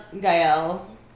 Gael